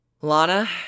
Lana